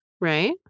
Right